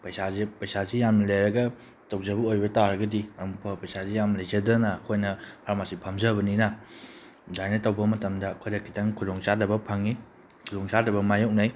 ꯄꯩꯁꯥꯁꯦ ꯄꯩꯁꯥꯁꯦ ꯌꯥꯝ ꯂꯩꯔꯒ ꯇꯧꯖꯕ ꯑꯣꯏꯕ ꯇꯔꯒꯗꯤ ꯑꯃꯨꯛ ꯐꯕ ꯄꯩꯁꯥꯁꯤ ꯌꯥꯝ ꯂꯩꯖꯗꯅ ꯑꯩꯈꯣꯏꯅ ꯐꯥꯔꯃꯁꯤ ꯐꯝꯖꯕꯅꯤꯅ ꯑꯗꯨꯃꯥꯏꯅ ꯇꯧꯕ ꯃꯇꯝꯗ ꯑꯩꯈꯣꯏꯗ ꯈꯤꯇꯪ ꯈꯨꯗꯣꯡꯆꯥꯗꯕ ꯐꯪꯉꯤ ꯈꯨꯗꯣꯡꯆꯥꯗꯕ ꯃꯥꯏꯌꯣꯛꯅꯩ